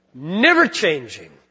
never-changing